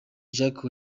jacques